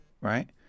Right